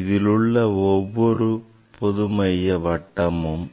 இதிலுள்ள ஒவ்வொரு பொதுமைய வட்டமும்